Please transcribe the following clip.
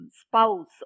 spouse